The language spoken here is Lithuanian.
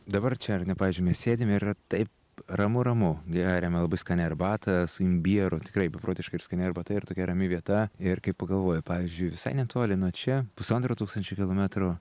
dabar čia ar ne pavyzdžiui mes sėdime ir yra taip ramu ramu geriame labai skanią arbatą su imbieru tikrai beprotiškai ir skani arbata ir tokia rami vieta ir kaip pagalvoji pavyzdžiui visai netoli nuo čia pusantro tūkstančio kilometrų